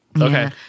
okay